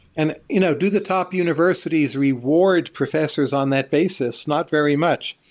and you know do the top universities reward professors on that basis? not very much,